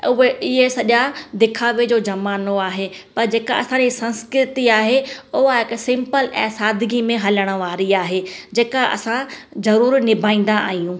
उहे इहे सॼा दिखावे जो ज़मानो आहे त जेका असांजी संस्कृति आहे उहो आहे हिकु सिंपल ऐं सादगी में हलणु वारी आहे जेका असां ज़रूरु निभाईंदा आहियूं